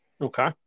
Okay